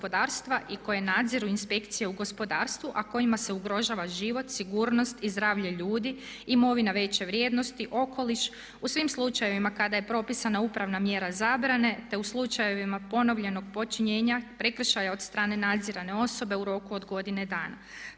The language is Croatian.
i koje nadziru inspekcije u gospodarstvu, a kojima se ugrožava život, sigurnost i zdravlje ljudi, imovina veće vrijednosti, okoliš. U svim slučajevima kada je propisana upravna mjera zabrane, te u slučajevima ponovljenog počinjenja prekršaja od strane nadzirane osobe u roku od godine dana.